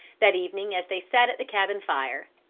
that evening as they sat at the cabin fire.